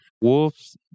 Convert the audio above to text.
wolves